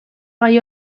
gai